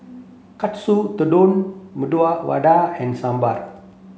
Katsu Tendon Medu Vada and Sambar